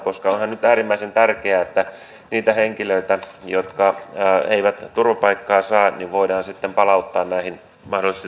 onhan nyt äärimmäisen tärkeää että niitä henkilöitä jotka eivät turvapaikkaa saa voidaan sitten palauttaa näille mahdollisesti turvallisille alueille takaisin